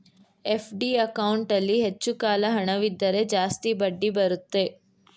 FD ಅಕೌಂಟಲ್ಲಿ ಹೆಚ್ಚು ಕಾಲ ಹಣವಿದ್ದರೆ ಜಾಸ್ತಿ ಬಡ್ಡಿ ಬರುತ್ತೆ